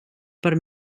per